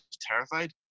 terrified